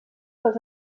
pels